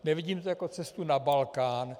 Nevidím to jako cestu na Balkán.